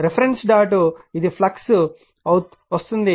reference dot ఇది flux వస్తుంది